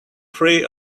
free